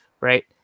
right